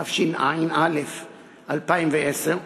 התשע"א 2010,